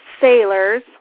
sailors